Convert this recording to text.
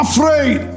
Afraid